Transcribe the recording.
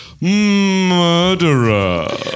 Murderer